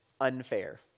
unfair